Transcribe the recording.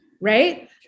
Right